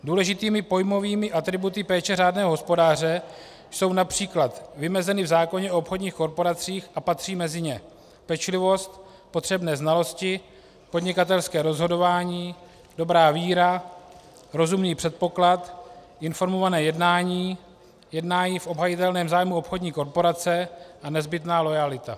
Důležité pojmové atributy péče řádného hospodáře jsou například vymezeny v zákoně o obchodních korporacích a patří mezi ně pečlivost, potřebné znalosti, podnikatelské rozhodování, dobrá víra, rozumný předpoklad, informované jednání, jednání v obhajitelném zájmu obchodní korporace a nezbytná loajalita.